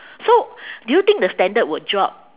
so do you think the standard would drop